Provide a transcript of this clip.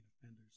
offenders